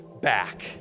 back